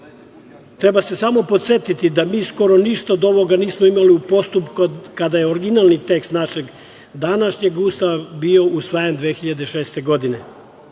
poslu. Treba se samo podsetiti da mi skoro ništa od ovoga nismo imali u postupku kada je originalni tekst našeg današnjeg Ustava bio usvajan 2006. godine.